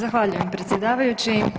Zahvaljujem predsjedavajući.